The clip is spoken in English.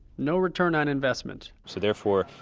no return on investment so therefore,